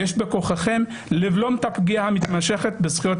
יש בכוחכם לבלום את הפגיעה המתמשכת בזכויות